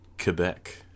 Quebec